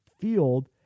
field